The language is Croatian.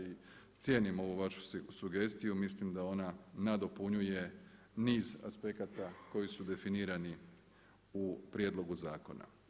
I cijenim ovu vašu sugestiju, mislim da ona nadopunjuje niz aspekata koji su definirani u prijedlogu zakona.